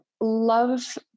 love